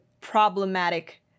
problematic